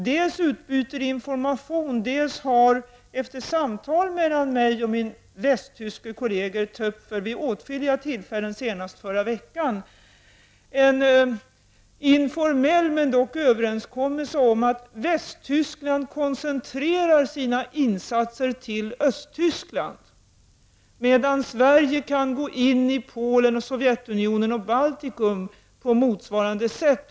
Dels utbyter vi information, dels har vi, efter samtal meilan mig och min västtyske kollega Töpfer vid åtskilliga tillfällen, senast förra veckan, bekräftat en informell men dock överenskommelse om att Västtyskland koncentrerar sina insatser till Östtyskland, medan Sverige kan göra insatser i Polen, Sovjetunionen och Baltikum på motsvarande sätt.